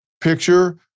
picture